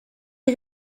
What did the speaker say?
est